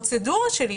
שהפרוצדורה שלי,